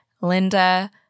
Linda